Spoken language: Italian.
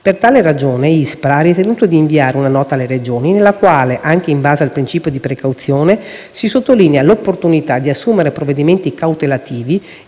Per tale ragione, l'ISPRA ha ritenuto di inviare una nota alle Regioni nella quale, anche in base al principio di precauzione, si sottolinea l'opportunità di assumere provvedimenti cautelativi